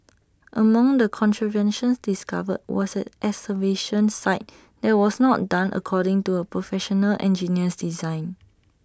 among the contraventions discovered was an excavation site that was not done according to A Professional Engineer's design